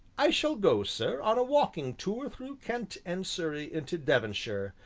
i shall go, sir, on a walking tour through kent and surrey into devonshire,